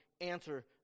answer